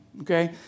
okay